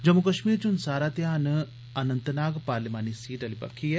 जम्मू कश्मीर च हुन सारा ध्यान अनन्तनाग पार्लिमानी सीट आली बक्खी ऐ